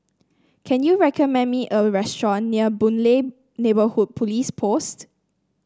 can you recommend me a restaurant near Boon Lay Neighbourhood Police Post